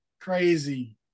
crazy